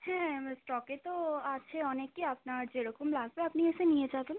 হ্যাঁ আমার স্টকে তো আছে অনেকই আপনার যেরকম লাগবে আপনি এসে নিয়ে যাবেন